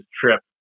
trip